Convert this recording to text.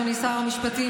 אדוני שר המשפטים,